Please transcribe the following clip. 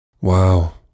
Wow